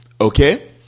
okay